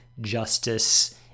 justice